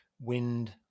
Wind